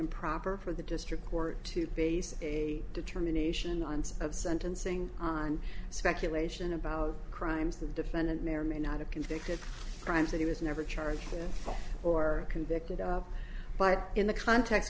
improper for the district court to base a determination on some of sentencing on speculation about crimes that the defendant may or may not have convicted crimes that he was never charged or convicted of but in the context